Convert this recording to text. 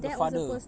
the father